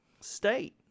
state